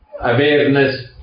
awareness